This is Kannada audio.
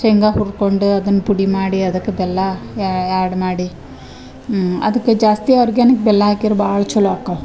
ಶೇಂಗ ಹುರ್ಕೊಂಡು ಅದನ್ನ ಪುಡಿ ಮಾಡಿ ಅದಕ್ಕೆ ಬೆಲ್ಲ ಆ್ಯಡ್ ಮಾಡಿ ಅದಕ್ಕೆ ಜಾಸ್ತಿ ಆರ್ಗ್ಯಾನಿಕ್ ಬೆಲ್ಲ ಹಾಕಿರ ಭಾಳ್ ಚಲೋ ಆಕ್ಕವು